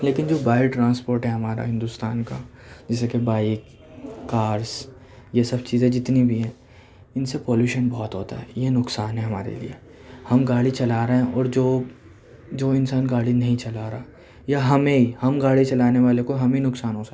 لیکن جو by transport ہے ہمارا ہندوستاں کا جیسے کی بائک کارس یہ سب چیزیں جتنی بھی ہیں ان سے پالوشن بہت ہوتا ہے یہ نقصان ہے ہمارے لئے ہم گاڑی چلا رہے ہیں اور جو جو انسان گاڑی نہیں چلا رہا یا ہمیں ہم گاڑی چلانے والوں کو ہمیں نقصان ہو سکتا ہے